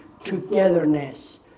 togetherness